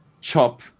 chop